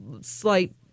slight